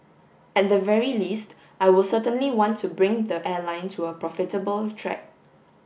at the very least I will certainly want to bring the airline to a profitable track